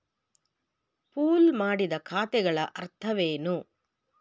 Pool ಮಾಡಿದ ಖಾತೆಗಳ ಅರ್ಥವೇನು?